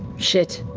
shit.